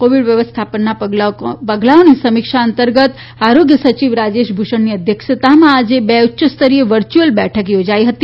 Covid વ્યવસ્થાપનના પગલાઓની સમીક્ષા અંતર્ગત આરોગ્ય સચિવ રાજેશ ભૂષણની અધ્યક્ષતામાં આજે બે ઉચ્યસ્તરીય વર્ચ્યુઅલ બેઠક યોજાઇ હતી